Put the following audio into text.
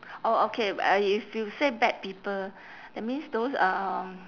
orh okay uh if you say bad people that means those um